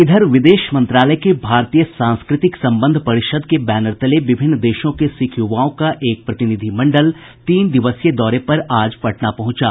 इधर विदेश मंत्रालय के भारतीय सांस्कृतिक संबंध परिषद् के बैनर तले विभिन्न देशों के सिख युवाओं का एक प्रतिनिधिमंडल तीन दिवसीय दौरे पर आज पटना पहुंचा